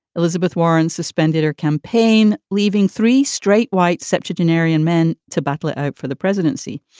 elizabeth warren suspended her campaign, leaving three straight white septuagenarian men to battle it out for the presidency.